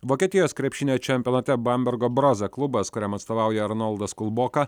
vokietijos krepšinio čempionate bambergo brose klubas kuriam atstovauja arnoldas kulboka